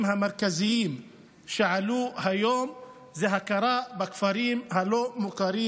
המרכזיים שעלו היום הוא הכרה בכפרים הלא-מוכרים.